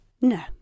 No